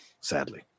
sadly